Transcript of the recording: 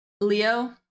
Leo